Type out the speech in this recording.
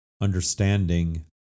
understanding